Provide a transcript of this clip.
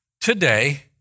today